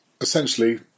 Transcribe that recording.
essentially